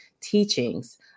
teachings